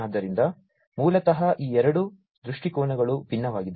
ಆದ್ದರಿಂದ ಮೂಲತಃ ಈ ಎರಡು ದೃಷ್ಟಿಕೋನಗಳು ವಿಭಿನ್ನವಾಗಿವೆ